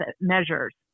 measures